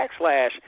backslash